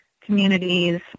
communities